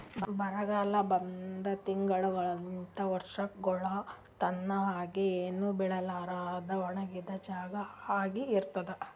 ಬರಗಾಲ ಒಂದ್ ತಿಂಗುಳಲಿಂತ್ ವರ್ಷಗೊಳ್ ತನಾ ಹಂಗೆ ಏನು ಬೆಳಿಲಾರದಂಗ್ ಒಣಗಿದ್ ಜಾಗಾ ಆಗಿ ಇರ್ತುದ್